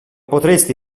potresti